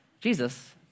Jesus